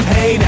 Hey